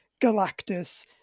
Galactus